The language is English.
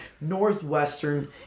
Northwestern